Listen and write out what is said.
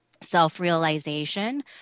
self-realization